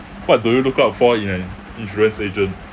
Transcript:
what do you look out for in an insurance agent